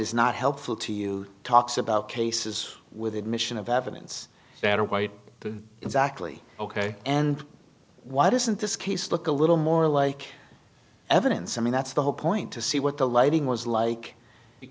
is not helpful to you talks about cases with admission of evidence that are white the exactly ok and what isn't this case look a little more like evidence i mean that's the whole point to see what the lighting was like